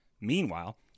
Meanwhile